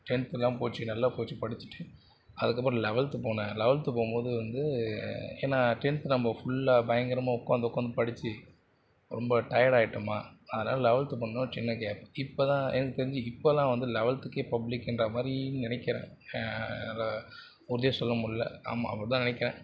டென்த்துலாம் போச்சு நல்லா போச்சு படித்துட்டு அதுக்கப்புறம் லெவல்த்து போனேன் லெவல்த் போகும்போது வந்து ஏன்னால் டென்த் நம்ம ஃபுல்லாக பயங்கரமாக உட்காந்து உட்காந்து படித்து ரொம்ப டயர்ட் ஆகிட்டோமா அதனால் லெவல்த்து போனோடன ஒரு சின்ன கேப் இப்போ தான் எனக்கு தெரிஞ்சு இப்போலாம் வந்து லெவல்த்துக்கே பப்ளிக்கின்ற மாதிரி நினைக்கிறேன் உறுதியாக சொல்லமுடியலை ஆமாம் அப்படி தான் நினைக்கிறேன்